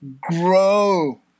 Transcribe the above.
grow